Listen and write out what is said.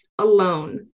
alone